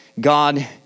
God